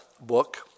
book